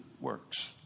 works